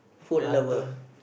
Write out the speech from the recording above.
food hunter